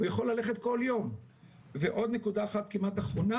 הוא יכול ללכת כל יום ועוד נקודה אחת אחרונה,